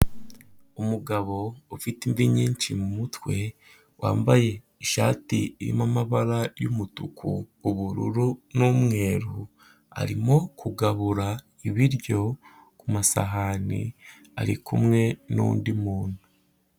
Umugabo ufite imvi nyinshi mu mutwe wambaye ishati irimo amabara y'umutuku, ubururu n'umweru, arimo kugabura ibiryo ku masahane ari kumwe n'undi muntu.